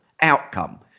outcome